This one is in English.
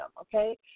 okay